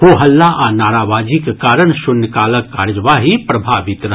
हो हल्ला आ नाराबाजीक कारण शून्यकालक कार्यवाही प्रभावित रहल